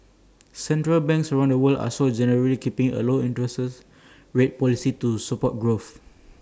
central banks around the world are also generally keeping A low interest rate policy to support growth